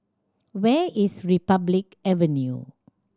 where is Republic Avenue